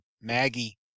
Maggie